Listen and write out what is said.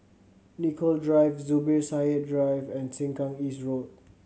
Nicoll Drive Zubir Said Drive and Sengkang East Road